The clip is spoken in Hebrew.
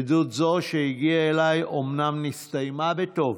עדות זו שהגיעה אליי אומנם נסתיימה בטוב,